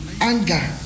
anger